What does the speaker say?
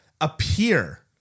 appear